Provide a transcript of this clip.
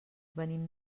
venim